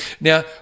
Now